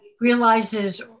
realizes